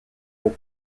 aux